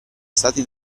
stati